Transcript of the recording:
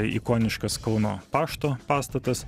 ikoniškas kauno pašto pastatas